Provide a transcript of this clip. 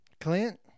Clint